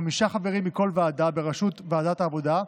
חמישה חברים מכל ועדה, בראשות ועדת העבודה,